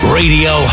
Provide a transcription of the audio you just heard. radio